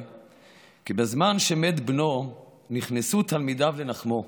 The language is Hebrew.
כי בזמן שמת בנו נכנסו תלמידיו לנחמו.